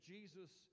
Jesus